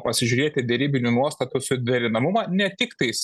pasižiūrėti derybinių nuostatų suderinamumą ne tik tais